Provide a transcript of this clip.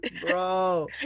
Bro